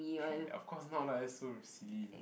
panda of course not lah that's so silly